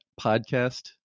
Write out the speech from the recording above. podcast